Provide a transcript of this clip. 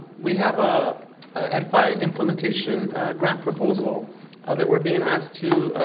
we have a ed-fi implementation grant proposal that we're being asked to